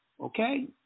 Okay